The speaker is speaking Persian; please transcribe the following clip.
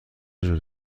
جور